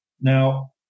Now